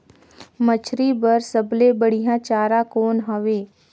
मछरी बर सबले बढ़िया चारा कौन हवय?